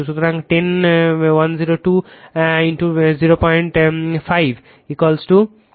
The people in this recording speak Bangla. সুতরাং 10 2 05 15 Ω